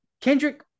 Kendrick